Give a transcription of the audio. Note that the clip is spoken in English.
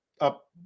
up